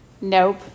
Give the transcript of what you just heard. Nope